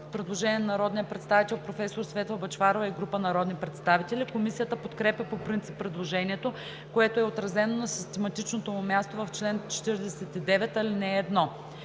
предложение на народния представител професор Светла Бъчварова и група народни представители. Комисията подкрепя по принцип предложението, което е отразено на систематичното му място в чл. 49, ал. 1.